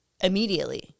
Immediately